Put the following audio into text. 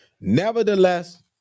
Nevertheless